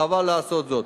חבל לעשות זאת.